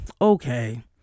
okay